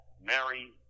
Mary